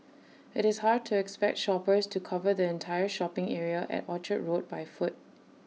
IT is hard to expect shoppers to cover the entire shopping area at Orchard road by foot